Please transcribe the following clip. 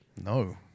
No